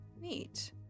neat